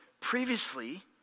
Previously